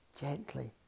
Gently